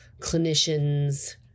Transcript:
clinicians